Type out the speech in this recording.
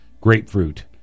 grapefruit